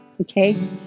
okay